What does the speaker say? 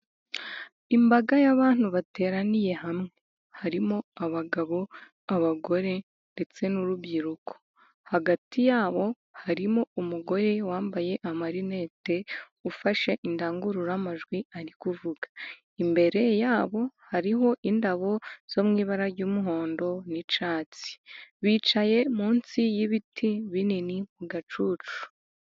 Imbaga y'abantu bateraniye hamwe. Harimo abagabo, abagore ndetse n'urubyiruko. Hagati yabo harimo umugore wambaye amarinete, ufashe indangururamajwi ari kuvuga. Imbere yabo hariho indabo zo mu ibara ry'umuhondo n'icyatsi. Bicaye munsi y'ibiti binini mu gacucu.